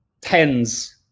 tens